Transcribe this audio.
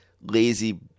lazy